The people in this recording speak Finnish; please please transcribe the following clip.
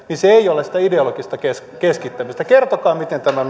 niin se ei ole sitä ideologista keskittämistä kertokaa miten tämä